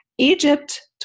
Egypt